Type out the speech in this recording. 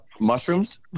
mushrooms